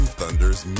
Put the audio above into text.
Thunders